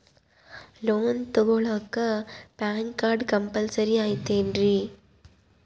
Loan ತೊಗೊಳ್ಳಾಕ PAN card compulsory ಐಯ್ತೇನ್ರಿ?